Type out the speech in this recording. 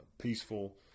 peaceful